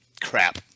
crap